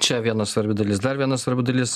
čia viena svarbi dalis dar vienas arba dalis